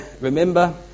remember